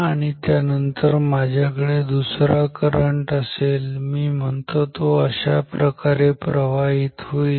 आणि त्यानंतर माझ्याकडे दुसरा करंट असेल मी म्हणतो तो अशाप्रकारे प्रवाहित होईल